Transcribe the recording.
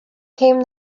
came